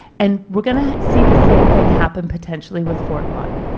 and we are going to see the same thing happen potentially with fort lawton.